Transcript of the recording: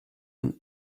and